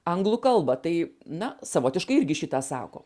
anglų kalbą tai na savotiškai irgi šį tą sako